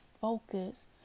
focus